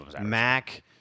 Mac